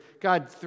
God